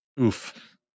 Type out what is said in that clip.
Oof